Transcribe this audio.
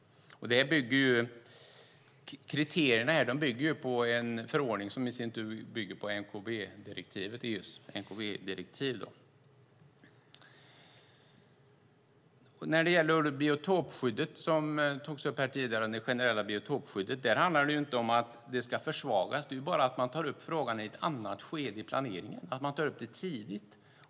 Kriterierna bygger på en förordning som i sin tur bygger på EU:s mkb-direktiv. Det generella biotopskyddet togs upp här tidigare. Det handlar inte om att det ska försvagas, utan man ska ta upp frågan i ett annat skede i planeringen. Man ska ta upp det tidigt.